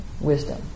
wisdom